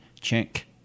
check